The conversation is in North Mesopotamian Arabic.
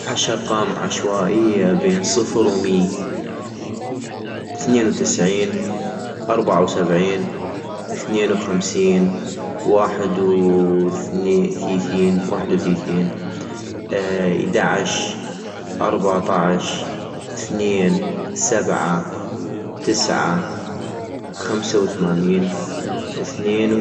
عش ارقام عشوائية بين صفر ومي - ثنين وتسعين اربعة وسبعين ثنين وخمسين واحد وثني- ثيثين- واحد وثيثين ايدعش ارباطعش ثنين سبعة تسعة خمسة وثمانين ثنين